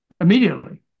immediately